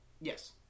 Yes